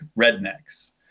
rednecks